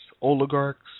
oligarchs